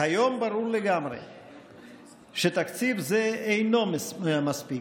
כיום ברור לגמרי שתקציב זה אינו מספיק,